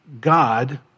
God